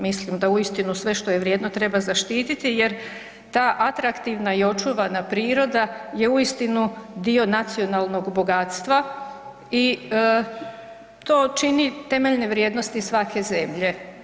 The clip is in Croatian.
Mislim da uistinu sve što je vrijedno treba zaštiti jer ta atraktivna i očuvana priroda je uistinu dio nacionalnog bogatstva i to čini temeljne vrijednosti svake zemlje.